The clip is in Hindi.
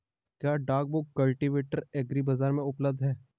क्या duck foot cultivator agri Bazaar में उपलब्ध है?